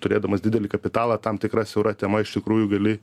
turėdamas didelį kapitalą tam tikra siaura tema iš tikrųjų gali